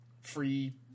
free